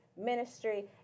ministry